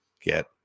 get